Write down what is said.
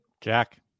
Jack